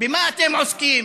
במה אתם עוסקים?